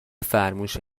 فرموش